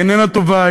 היא איננה טובה,